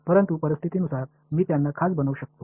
परंतु परिस्थितीनुसार मी त्यांना खास बनवू शकतो